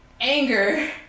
Anger